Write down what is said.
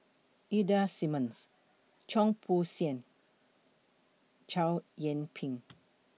Ida Simmons Cheong Soo Pieng Chow Yian Ping